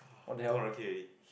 two hundred K already